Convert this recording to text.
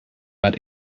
but